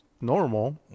normal